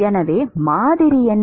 எனவே மாதிரி என்ன